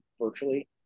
virtually